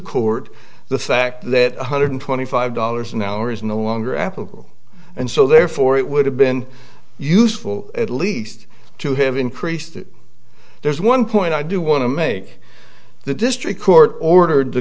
court the fact that one hundred twenty five dollars an hour is no longer applicable and so therefore it would have been useful at least to have increased it there's one point i do want to make the district court ordered the